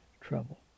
trouble